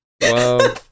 Wow